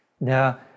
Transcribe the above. Now